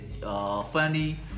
funny